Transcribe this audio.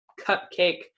cupcake